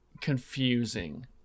confusing